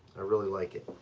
i really like it,